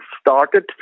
started